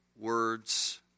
words